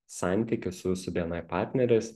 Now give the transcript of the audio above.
santykius su jūsų bni partneriais